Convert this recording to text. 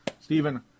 Stephen